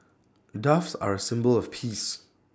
doves are A symbol of peace